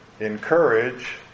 encourage